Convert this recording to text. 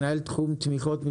מנהל תחום תמיכות,